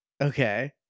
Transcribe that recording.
Okay